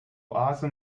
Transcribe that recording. oase